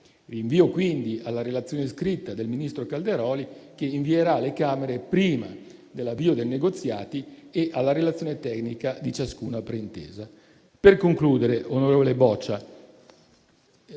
Rinvio quindi alla relazione scritta del ministro Calderoli, che invierà alle Camere prima dell'avvio dei negoziati, e alla relazione tecnica di ciascuna pre-intesa. Per concludere, onorevole Boccia,